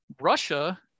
Russia